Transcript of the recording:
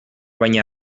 baina